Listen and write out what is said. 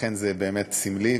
ואכן זה באמת סמלי,